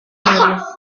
muebles